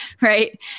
right